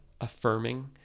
affirming